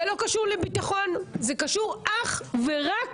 זה לא קשור לביטחון אלא זה קשור אך ורק